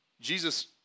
Jesus